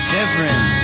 Severin